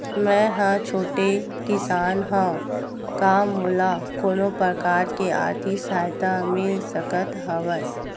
मै ह छोटे किसान हंव का मोला कोनो प्रकार के आर्थिक सहायता मिल सकत हवय?